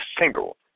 single